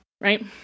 right